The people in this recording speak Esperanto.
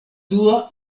dua